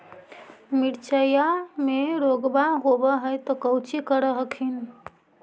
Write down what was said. मिर्चया मे रोग्बा होब है तो कौची कर हखिन?